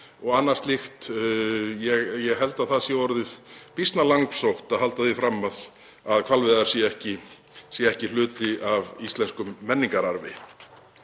og annað slíkt. Ég held að það sé orðið býsna langsótt að halda því fram að hvalveiðar séu ekki hluti af íslenskum menningararfi.